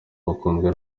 bakundwa